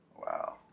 Wow